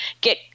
get